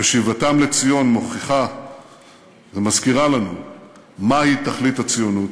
ושיבתם לציון מוכיחה ומזכירה לנו מה היא תכלית הציונות.